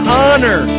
honor